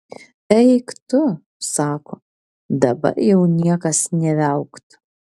eik tu sako dabar jau niekas nė viaukt